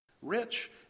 Rich